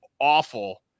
awful